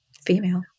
female